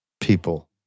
people